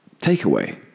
takeaway